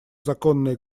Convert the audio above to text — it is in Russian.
законные